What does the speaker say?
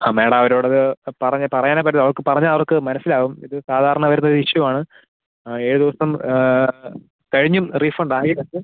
ആ മേഡം അവരോടത് പറഞ്ഞ് പറയാനേ പറ്റത്തുളളൂ അവർക്ക് പറഞ്ഞാൽ അവർക്ക് മനസ്സിലാവും ഇത് സാധാരണ വരുന്ന ഒരു ഇഷ്യുവാണ് ഏഴ് ദിവസം കഴിഞ്ഞും റീഫണ്ടായില്ലെങ്കിൽ